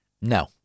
No